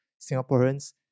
Singaporeans